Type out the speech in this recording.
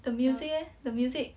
the music eh the music